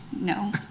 no